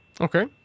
Okay